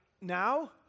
now